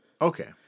Okay